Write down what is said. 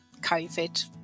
COVID